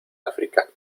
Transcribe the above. áfrica